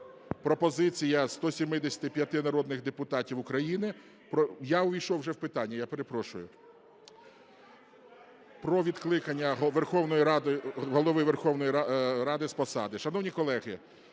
пропозиція 175 народних депутатів України – я ввійшов уже в питання, я перепрошую – про відкликання Голови Верховної Ради з посади. Шановні колеги,